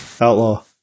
Outlaw